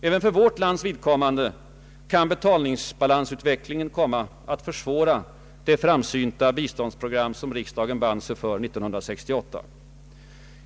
Även för vårt lands vidkommande kan betalningsbalansutvecklingen komma att försvåra det framsynta biståndsprogram som riksdagen band sig för 1968.